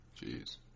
Jeez